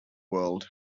world